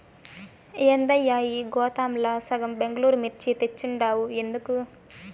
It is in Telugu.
ఏందయ్యా ఈ గోతాంల సగం బెంగళూరు మిర్చి తెచ్చుండావు ఎందుకు